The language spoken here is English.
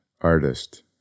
artist